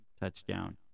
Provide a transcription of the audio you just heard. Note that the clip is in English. touchdown